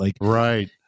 Right